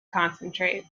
concentrate